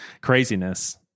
craziness